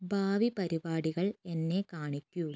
ഭാവി പരിപാടികൾ എന്നെ കാണിക്കൂ